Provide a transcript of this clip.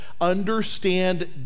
understand